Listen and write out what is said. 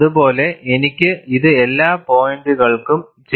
അതുപോലെ എനിക്ക് ഇത് എല്ലാ പോയിന്റുകൾക്കും ചെയ്യാൻ കഴിയും